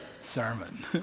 sermon